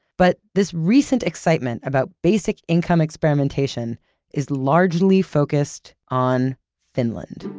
but this recent excitement about basic income experimentation is largely focused on finland.